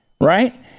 right